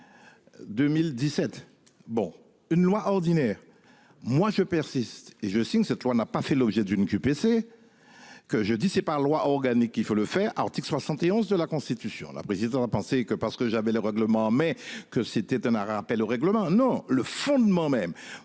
2017. Bon une loi ordinaire. Moi je persiste et je signe, cette loi n'a pas fait l'objet d'une QPC. Que je dis c'est par loi organique, il faut le faire. Article 71 de la Constitution la présidente à penser que parce que j'avais le règlement mais que c'était un arrêt rappel au règlement non le fondement même